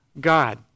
God